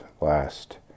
last